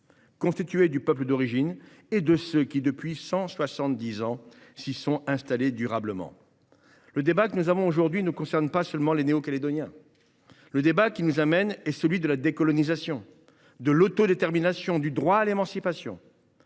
constituée du peuple d’origine et de ceux qui, depuis cent soixante dix ans, s’y sont installés durablement. Le débat que nous avons aujourd’hui ne concerne pas seulement les Néo Calédoniens. Le débat qui nous amène est celui de la décolonisation, de l’autodétermination et du droit à l’émancipation.